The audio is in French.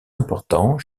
important